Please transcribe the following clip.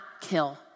kill